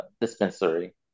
dispensary